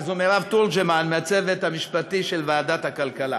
וזו מירב תורג'מן מהצוות המשפטי של ועדת הכלכלה.